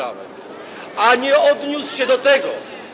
a nie odniósł się do tego.